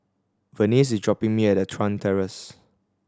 Venice is dropping me at the Chuan Terrace